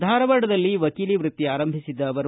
ಧಾರವಾಡದಲ್ಲಿ ವಕೀಲಿ ವೃತ್ತಿ ಆರಂಭಿಸಿದ್ದ ಅವರು